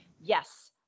Yes